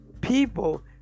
people